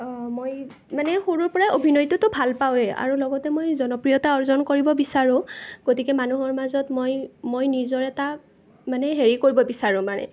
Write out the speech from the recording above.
মই মানে সৰুৰ পৰা অভিনয়টোতো ভাল পাওঁৱেই আৰু লগতে মই জনপ্ৰিয়তা অৰ্জন কৰিব বিচাৰোঁ গতিকে মানুহৰ মাজত মই মই নিজৰ এটা মানে হেৰি কৰিব বিচাৰোঁ মানে